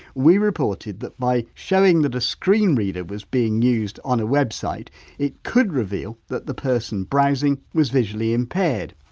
we reported that by showing that a screen reader was being used on a website it could reveal that the person browsing was visually impaired.